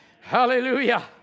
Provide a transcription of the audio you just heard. Hallelujah